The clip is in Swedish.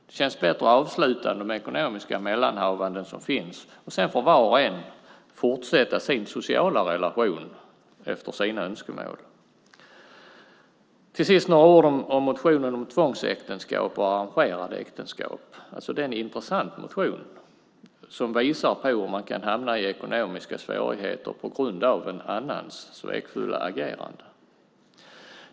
Det känns bättre att avsluta de ekonomiska mellanhavanden som finns och sedan får var och en fortsätta sin sociala relation efter sina önskemål. Till sist vill jag säga några ord om motionen om tvångsäktenskap och arrangerade äktenskap. Det är en intressant motion som visar på hur man kan hamna i ekonomiska svårigheter på grund av en annans svekfulla agerande.